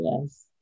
Yes